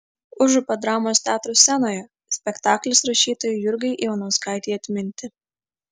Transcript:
užupio dramos teatro scenoje spektaklis rašytojai jurgai ivanauskaitei atminti